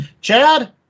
Chad